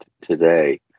today